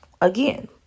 Again